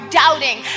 doubting